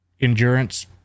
Endurance